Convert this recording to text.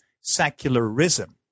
secularism